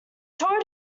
tour